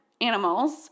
animals